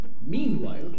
meanwhile